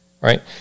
Right